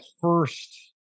first